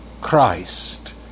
Christ